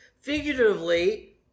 Figuratively